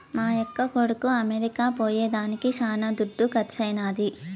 మా యక్క కొడుకు అమెరికా పోయేదానికి శానా దుడ్డు కర్సైనాది